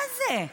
מה זה?